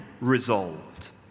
resolved